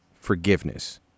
forgiveness